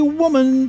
woman